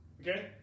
Okay